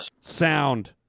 sound